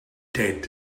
dead